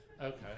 Okay